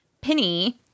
Penny